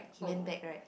he went back right